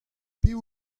piv